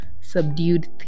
subdued